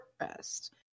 rest